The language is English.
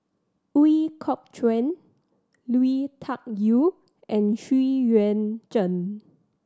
Ooi Kok Chuen Lui Tuck Yew and Xu Yuan Zhen